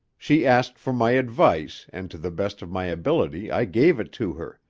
she asked for my advice and to the best of my ability i gave it to her.